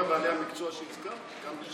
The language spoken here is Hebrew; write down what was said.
כל בעלי המקצוע שהזכרת וגם,